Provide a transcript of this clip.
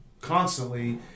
constantly